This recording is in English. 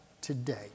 today